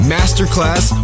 Masterclass